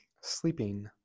Sleeping